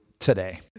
today